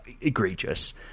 egregious